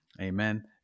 Amen